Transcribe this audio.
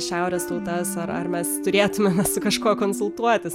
šiaurės tautas ar ar mes turėtumėm su kažkuo konsultuotis